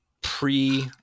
pre